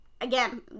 Again